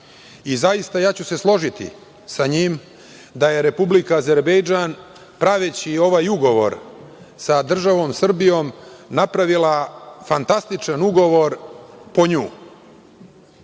ja ću se složiti sa njim da je Republika Azerbejdžan, praveći ovaj ugovor sa državom Srbijom, napravila fantastičan ugovor po nju.